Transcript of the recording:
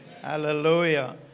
Hallelujah